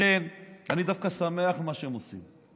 לכן אני דווקא שמח במה שהם עושים.